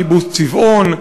קיבוץ צבעון,